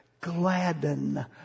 gladden